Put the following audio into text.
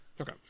Okay